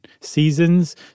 seasons